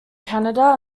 canada